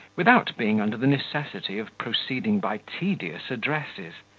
without being under the necessity of proceeding by tedious addresses,